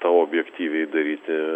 tą objektyviai daryti